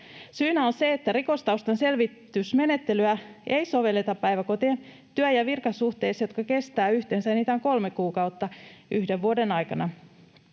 Syynä on se, että rikostaustan selvitysmenettelyä ei sovelleta päiväkotien työ- ja virkasuhteissa, jotka kestävät yhteensä enintään kolme kuukautta yhden vuoden aikana.